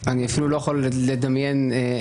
אני אפילו לא יכול לדמיין שיח כזה.